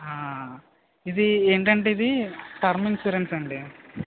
ఆ ఇది ఏంటంటే ఇది టర్మ్ ఇన్సూరెన్స్ అండి